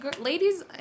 ladies